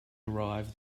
arrive